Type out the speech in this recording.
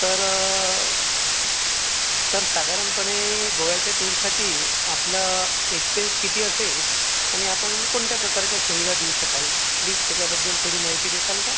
तर तर साधारणपणे गोव्याच्या टूरसाठी आपलं एक्स्पेन्स किती असेल आणि आपण कोणत्या प्रकारच्या सुविधा देऊ शकाल प्लीज त्याच्याबद्दल थोडी माहिती देसाल का